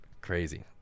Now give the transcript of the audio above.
Crazy